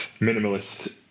minimalist